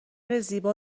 زیبا